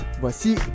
Voici